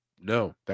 No